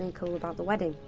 and cool about the wedding?